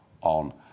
on